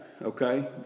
Okay